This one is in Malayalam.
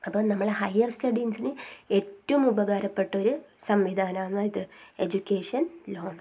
അപ്പോൾ നമ്മളെ ഹയർ സ്റ്റഡീസിന് ഏറ്റവും ഉപകാരപ്പെട്ടൊരു സംവിധാനമാണ് ഇത് എഡ്യൂക്കേഷൻ ലോൺ